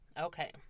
Okay